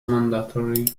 mandatory